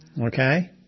Okay